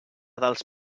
dels